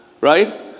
right